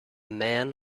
man